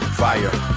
fire